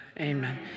amen